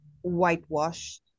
whitewashed